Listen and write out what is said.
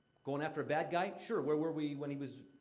going after a bad guy? sure where were we when he was,